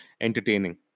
entertaining